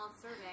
survey